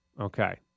Okay